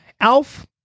Alf